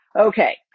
Okay